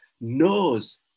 knows